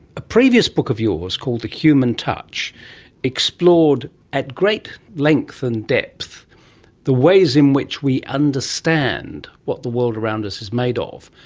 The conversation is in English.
a previous book of yours called the human touch explored at great length and depth the ways in which we understand what the world around us is made ah of,